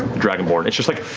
dragonborn. it's just like